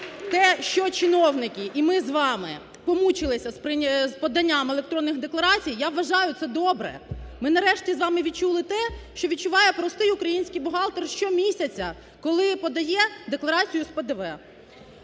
Те, що чиновники і ми з вами помучилися з поданням електронних декларацій, я вважаю, це добре. Ми, нарешті, відчули те, що відчуває простий український бухгалтер щомісяця, коли подає декларацію з ПДВ,